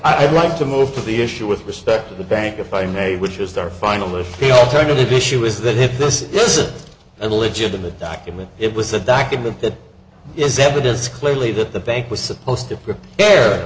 i'd like to move to the issue with respect to the bank if i may which is there finally the alternative issue is that if this is an illegitimate document it was a document that is evidence clearly that the bank was supposed to prepare